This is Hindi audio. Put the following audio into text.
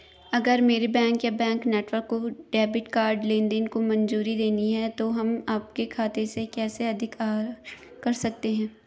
अगर मेरे बैंक या बैंक नेटवर्क को डेबिट कार्ड लेनदेन को मंजूरी देनी है तो हम आपके खाते से कैसे अधिक आहरण कर सकते हैं?